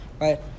Right